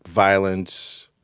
violence,